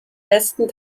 westen